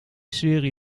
serie